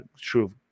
True